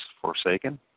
forsaken